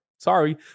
Sorry